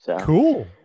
Cool